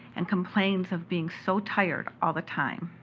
and complains of being so tired all the time.